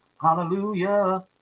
hallelujah